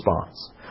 response